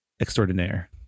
extraordinaire